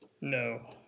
No